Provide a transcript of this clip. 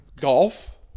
Golf